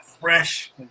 fresh